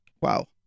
Wow